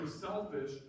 selfish